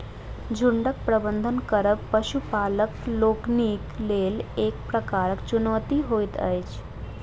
झुंडक प्रबंधन करब पशुपालक लोकनिक लेल एक प्रकारक चुनौती होइत अछि